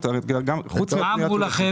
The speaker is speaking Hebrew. מה אמרו לכם?